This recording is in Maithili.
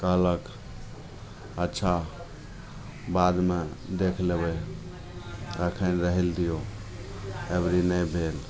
कहलक अच्छा बादमे देखि लेबै एखन रहैले दिऔ एहिबेर नहि भेल